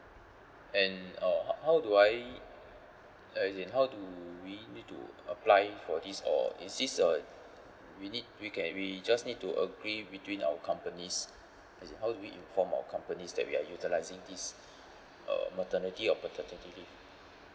and uh h~ how do I uh as in how do we need to apply for this or is this uh we need we can we just need to agree between our companies as in how do we inform our companies that we are utilising this uh maternity or paternity leave